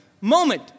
moment